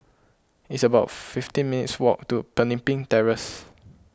it's about fifteen minutes' walk to Pemimpin Terrace